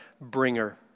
bringer